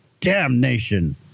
damnation